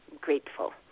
grateful